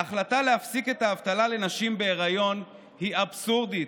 ההחלטה להפסיק את האבטלה לנשים בהיריון היא אבסורדית.